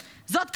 זאת,